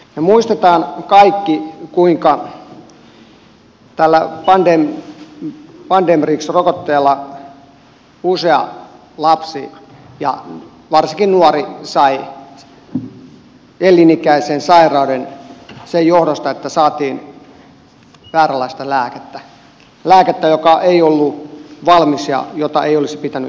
me muistamme kaikki kuinka tällä pandemrix rokotteella usea lapsi ja varsinkin nuori sai elinikäisen sairauden sen johdosta että saatiin vääränlaista lääkettä lääkettä joka ei ollut valmis ja jota ei olisi pitänyt ihmisille antaa